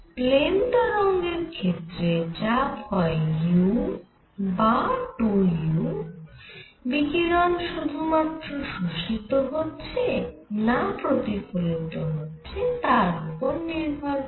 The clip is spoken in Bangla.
প্লেন তরঙ্গের ক্ষেত্রে চাপ হয় u বা 2 u বিকিরণ শুধু মাত্র শোষিত হচ্ছে না প্রতিফলিত হচ্ছে তার উপর নির্ভর করে